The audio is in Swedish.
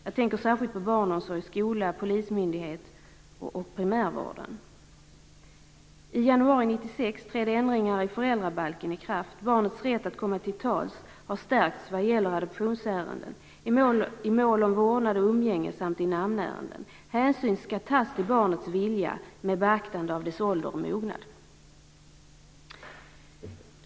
Jag tänker särskilt på barnomsorg, skola, polismyndighet och primärvård. I januari 1996 trädde ändringar i föräldrabalken i kraft. Barnets rätt att komma till tals har stärkts vad gäller adoptionsärenden, i mål om vårdnad och umgänge samt i namnärenden. Hänsyn skall tas till barnets vilja med beaktande av dess ålder och mognad.